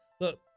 Look